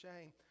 shame